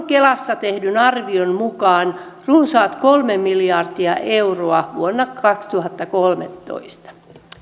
kelassa tehdyn arvion mukaan runsaat kolme miljardia euroa vuonna kaksituhattakolmetoista